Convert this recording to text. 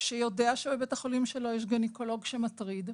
שיודע שבבית החולים שלו יש גניקולוג שמטריד,